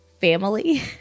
family